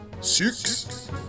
Six